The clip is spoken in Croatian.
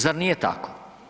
Zar nije tako?